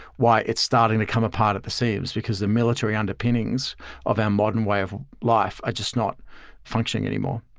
why it's starting to come apart at the seams because the military underpinnings of our modern way of life are just not functioning anymore.